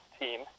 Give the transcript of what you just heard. team